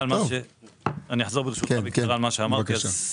אלא אם כן ההורה פונה לקופת הגמל.